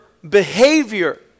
Behavior